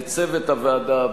לצוות הוועדה,